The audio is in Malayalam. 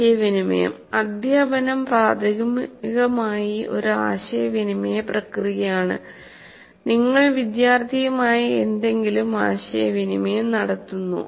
ആശയവിനിമയം അദ്ധ്യാപനം പ്രാഥമികമായി ഒരു ആശയവിനിമയ പ്രക്രിയയാണ് നിങ്ങൾ വിദ്യാർത്ഥിയുമായി എന്തെങ്കിലും ആശയവിനിമയം നടത്തുന്നു